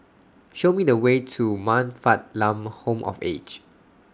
Show Me The Way to Man Fatt Lam Home of Aged